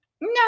no